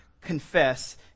confess